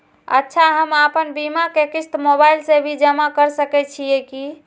अच्छा हम आपन बीमा के क़िस्त मोबाइल से भी जमा के सकै छीयै की?